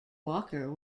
walker